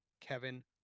Kevin